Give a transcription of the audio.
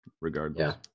regardless